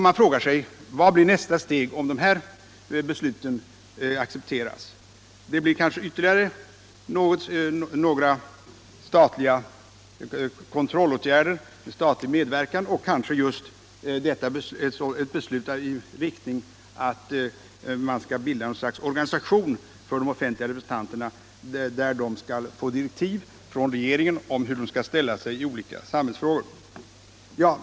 Man frågar sig vad nästa steg blir om det här förslaget accepteras. Det blir kanske ytterligare statlig medverkan och ytterligare statliga kontrollåtgärder, 1. ex. att man bildar något slags organisation för de offentliga representanterna där dessa skall få direktiv från regeringen om hur de skall ställa sig i olika samhällsfrågor. Herr talman!